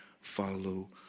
follow